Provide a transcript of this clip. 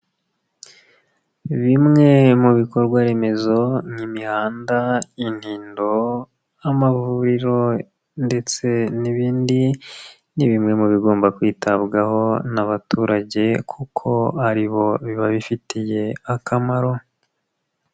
Bimwe mu bikorwaremezo nk'imihanda, intindo, amavuriro ndetse n'ibindi, ni bimwe mu bigomba kwitabwaho n'abaturage kuko ari bo biba bifitiye akamaro.